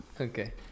Okay